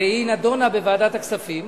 ונדונה בוועדת הכספים.